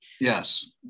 Yes